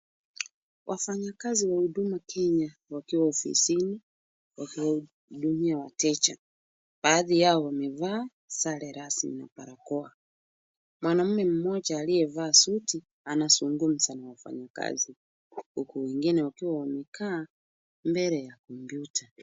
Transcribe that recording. Wafanyikazi wa Huduma Kenya wakiwa ofisini, wakiwahudumia wateja. Baadhi yao wamevaa sare rasmi na barakoa. Mwanaume mmoja aliyevaa suti, anazungumza na wafanyikazi huku wengine wakiwa wamekaa mbele ya kompyuta.